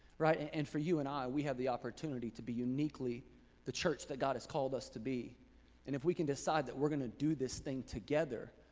right, and for you and i, we have the opportunity to be uniquely the church that god has called us to be. and if we can decide that we're gonna do this thing together,